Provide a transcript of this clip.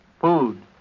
food